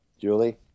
Julie